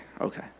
okay